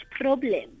problem